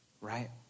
right